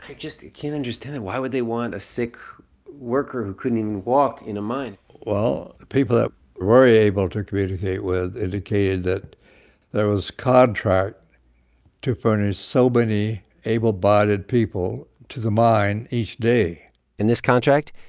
just can't understand that. why would they want a sick worker who couldn't even walk in a mine? well, people that we were able to communicate with indicated that there was contract to furnish so many able-bodied people to the mine each day in this contract,